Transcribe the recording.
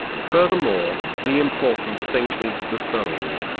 furthermore, the important thing is the soul.